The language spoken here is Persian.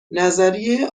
نظریه